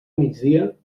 migdia